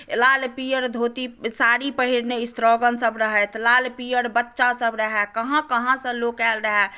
लाल पियर धोती साड़ी पहिरने स्त्रीगणसभ रहथि लाल पियर बच्चासभ रहय कहाँ कहाँसँ लोक आएल रहय